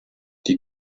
die